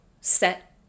set